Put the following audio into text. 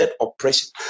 oppression